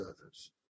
others